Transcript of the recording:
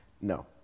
No